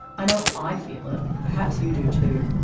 i know i feel it, perhaps you do too.